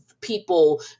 people